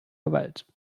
gewalt